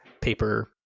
paper